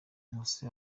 nkusi